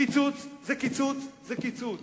קיצוץ זה קיצוץ זה קיצוץ.